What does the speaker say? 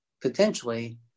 potentially